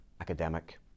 academic